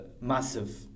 massive